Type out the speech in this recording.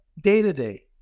day-to-day